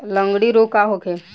लगंड़ी रोग का होखे?